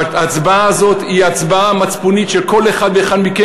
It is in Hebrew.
ההצבעה הזאת היא הצבעה מצפונית של כל אחד ואחד מכם.